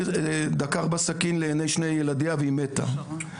ודקר אותה בסכין לעיני שני ילדיה והיא מתה.